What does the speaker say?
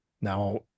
Now